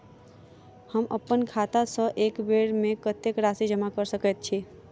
हम अप्पन खाता सँ एक बेर मे कत्तेक राशि जमा कऽ सकैत छी?